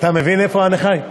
אתה מבין איפה אני חי?